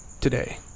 today